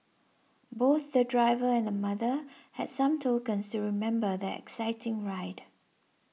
both the driver and the mother had some tokens to remember their exciting ride